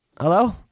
Hello